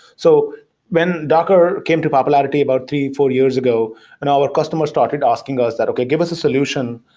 so when docker came to popularity about three, four years ago and our customers started asking us that, okay. give us a solution,